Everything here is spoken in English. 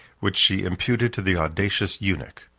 which she imputed to the audacious eunuch.